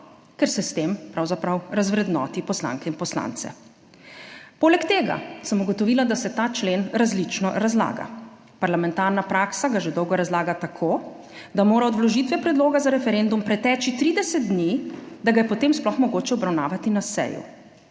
ker se s tem pravzaprav razvrednoti poslanke in poslance. Poleg tega sem ugotovila, da se ta člen različno razlaga. Parlamentarna praksa ga že dolgo razlaga tako, da mora od vložitve predloga za referendum preteči 30 dni, da ga je potem sploh mogoče obravnavati na seji,